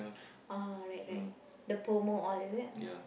ah right right the Pomo all is it